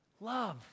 Love